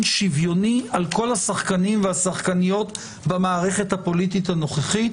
שוויוני על כל השחקנים והשחקניות במערכת הפוליטית הנוכחית